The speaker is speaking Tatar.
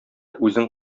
үзең